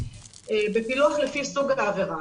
בפילוח לפי סוג העבירה.